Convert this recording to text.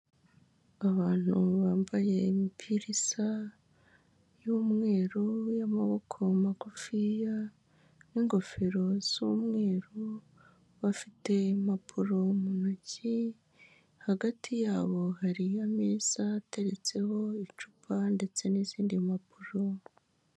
Abantu bambaye imipira isa y'umweru y'amaboko magufiya n'igofero z'umweru, bafite impapuro mu ntoki hagati yabo hariyo ameza ateretseho icupa ndetse n'izindi mpapuro.